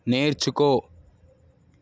నేర్చుకో